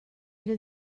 era